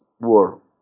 War